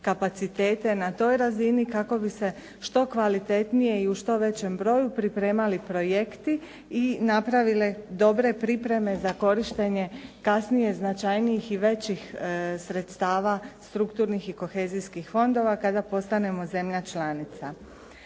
kapacitete na toj razini kako bi se što kvalitetnije i u što većem broju pripremali projekti i napravile dobre pripreme za korištenje kasnije značajnijih i većih sredstava strukturnih i kohezijskih fondova kada postanemo zemlja članica.